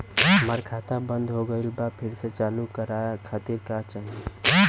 हमार खाता बंद हो गइल बा फिर से चालू करा खातिर का चाही?